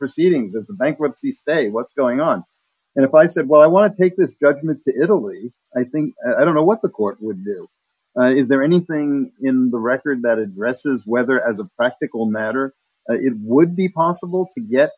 proceedings of bankruptcy state what's going on and if i said well i want to take this document to italy i think i don't know what the court would do is there anything in the record that addresses whether as a practical matter it would be possible to get